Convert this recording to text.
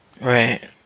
Right